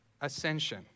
ascension